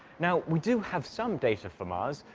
now, we do have some data for mars,